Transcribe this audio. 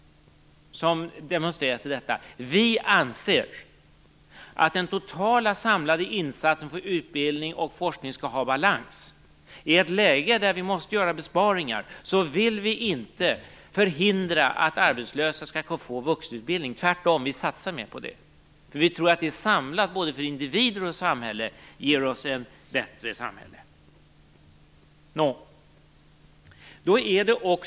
Vi anser att den totala samlade insatsen för utbildning och forskning skall vara i balans. I ett läge där vi måste göra besparingar vill vi inte förhindra att arbetslösa skall få vuxenutbildning. Tvärtom satsar vi mer på det. Vi tror att det sammantaget är bättre både för individen och samhället.